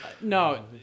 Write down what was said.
No